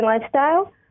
lifestyle